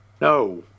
No